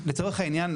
לצורך העניין,